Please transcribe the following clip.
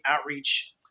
outreach